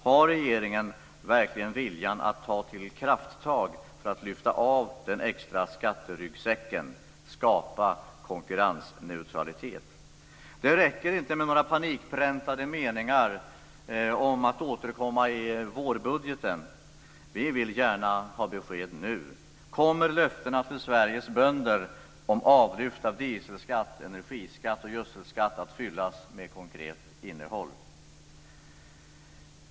Har regeringen verkligen viljan att ta till krafttag för att lyfta av den extra skatteryggsäcken och skapa konkurrensneutralitet? Det räcker inte med några panikpräntade meningar om att återkomma i vårbudgeten. Vi vill gärna ha besked nu. Kommer löftena till Sveriges bönder om avlyft av dieselskatt, energiskatt och gödselskatt att fyllas med konkret innehåll?